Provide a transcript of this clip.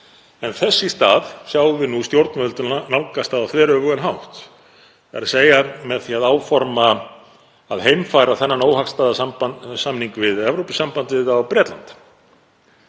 Þess í stað sjáum við nú stjórnvöld nálgast það á þveröfugan hátt, þ.e. með því að áforma að heimfæra þennan óhagstæða samning við Evrópusambandið á Bretland.